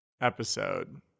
episode